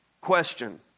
Question